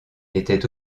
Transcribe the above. était